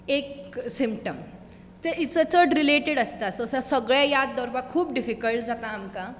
एक सिमटम ते चड रिलेटिड आसता सगळें याद दवरपाक खूब डिफिकल्ट जाता आमकां